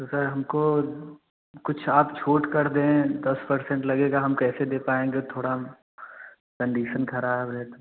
तो सर हमको कुछ आप छूट कर दें दस परसेंट लगेगा हम कैसे दे पाएँगे थोड़ा हम कंडीशन खराब है